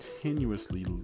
continuously